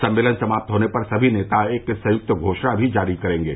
सम्मेलन समाप्त होने पर सभी नेता एक संयुक्त घोषणा भी जारी करेंगे